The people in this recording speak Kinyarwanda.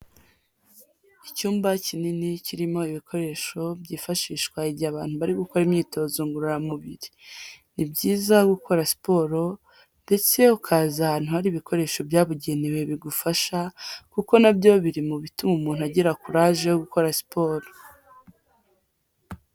Icyumba kinini kirimo ibikoresho byifashishwa igihe abantu bari gukora imyitozo ngororamubiri, ni byiza gukora siporo ndetse ukaza ahantu hari ibikoresho byabugenewe bigufasha kuko nabyo biri mu bituma umuntu agira kuraje yo gukora siporo.